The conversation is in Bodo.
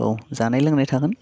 औ जानाय लोंनाय थागोन